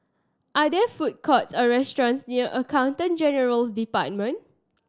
are there food courts or restaurants near Accountant General's Department